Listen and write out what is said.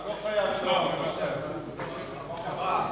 אתה לא חייב, שלמה, אתה לא חייב.